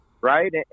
right